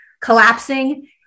collapsing